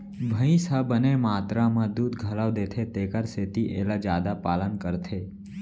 भईंस ह बने मातरा म दूद घलौ देथे तेकर सेती एला जादा पालन करथे